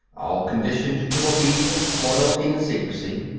all conditioned to obedience, loyalty and secrecy.